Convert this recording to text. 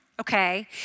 okay